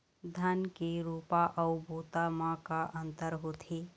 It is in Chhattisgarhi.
धन के रोपा अऊ बोता म का अंतर होथे?